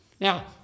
Now